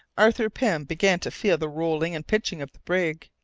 arthur pym began to feel the rolling and pitching of the brig.